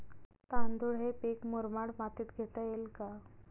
तांदूळ हे पीक मुरमाड मातीत घेता येईल का?